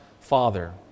Father